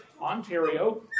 Ontario